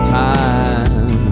time